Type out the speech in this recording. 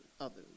others